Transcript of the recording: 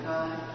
God